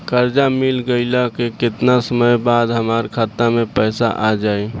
कर्जा मिल गईला के केतना समय बाद हमरा खाता मे पैसा आ जायी?